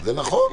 זה נכון.